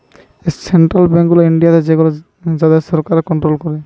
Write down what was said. central bank গুলা ইন্ডিয়াতে সেগুলো যাদের কে সরকার কন্ট্রোল করে